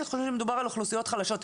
אז חושבים שמדובר על אוכלוסיות חלשות,